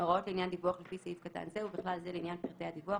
הוראות לעניין דיווח לפי סעיף קטן זה ובכלל זה לעניין פרטי הדיווח,